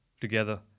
together